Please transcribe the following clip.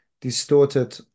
distorted